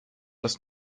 das